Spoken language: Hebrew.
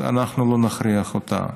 אנחנו לא נכריח אותה.